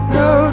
no